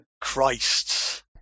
Christ